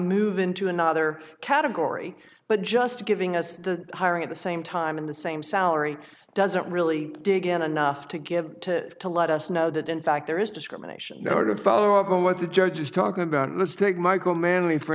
move into another category but just giving us the hiring at the same time in the same salary doesn't really dig in enough to give to to let us know that in fact there is discriminate no to follow up on what the judge is talking about let's take michael manley for